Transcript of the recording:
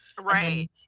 right